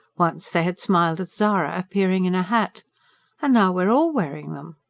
once they had smiled at zara appearing in a hat and now we're all wearing them.